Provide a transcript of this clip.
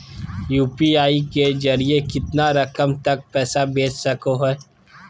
UPI के जरिए कितना रकम तक पैसा भेज सको है?